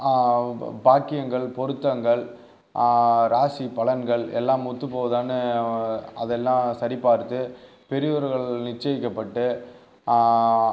பா பாக்கியங்கள் பொருத்தங்கள் ராசி பலன்கள் எல்லாம் ஒத்துப் போவுதான்னு அதெல்லாம் சரிபார்த்து பெரியவர்கள் நிச்சயிக்கப்பட்டு